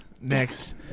Next